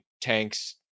tanks